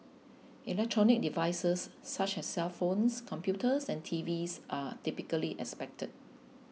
electronic devices such as cellphones computers and T Vs are typically expected